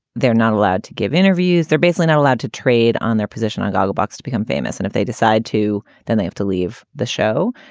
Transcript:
they're not allowed to give interviews. they're basically not allowed to trade on their position on gogglebox to become famous. and if they decide to, then they have to leave the show.